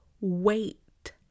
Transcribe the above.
wait